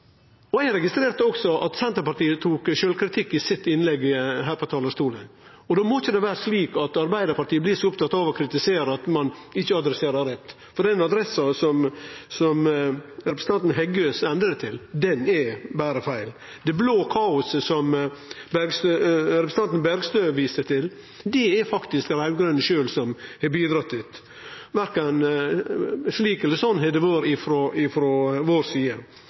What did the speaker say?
gjort. Eg registrerte også at Senterpartiet tok sjølvkritikk i sitt innlegg her frå talarstolen. Då må ikkje Arbeidarpartiet vere så opptatt av å kritisere at ein ikkje adresserer rett, for den adressa som representanten Heggø sende det til, er berre feil. Det blå kaoset, som representanten Bergstø viste til, er det faktisk dei raud-grøne sjølve som har bidrege til. Verken slik eller sånn har det vore frå vår side.